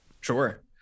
Sure